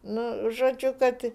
na žodžiu kad